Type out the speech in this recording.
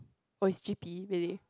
oh it's G_P really